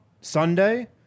Sunday